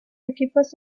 equipos